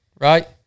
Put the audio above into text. right